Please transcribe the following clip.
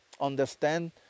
understand